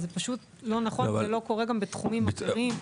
זה לא נכון וזה לא קורה גם בתחומים אחרים.